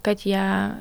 kad jie